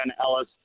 Ellis